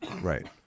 right